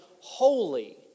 holy